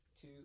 two